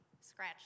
Scratch